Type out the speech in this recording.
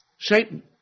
Satan